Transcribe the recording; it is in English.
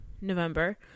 November